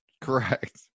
correct